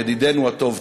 ידידנו הטוב,